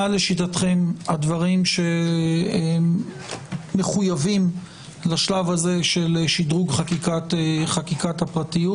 מה לשיטתכם הדברים שמחויבים לשלב הזה של שדרוג חקיקת הפרטיות.